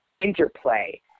interplay